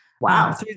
Wow